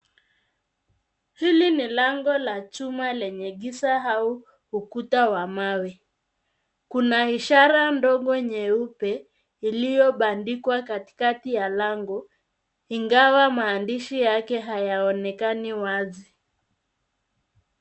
Hili ni lango la chuma lenye giza au ukuta wa mawe. Kuna ishara ndogo nyeupe iliyobandikwa katikati ya lango ingawa maandishi yake hayaonekani wazi.